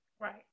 right